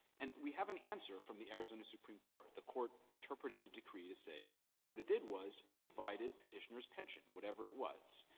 and we have an answer from the arizona supreme court. the court interpreted the decree to say that what it did was it divided petitioner's pension, whatever it was.